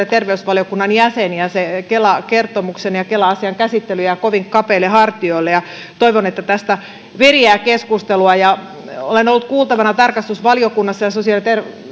ja terveysvaliokunnan jäsen ja kelan kertomuksen ja kela asian käsittely jää kovin kapeille hartioille toivon että tästä viriää keskustelua olen ollut kuultavana tarkastusvaliokunnassa ja sosiaali ja